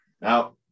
Now